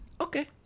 Okay